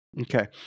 Okay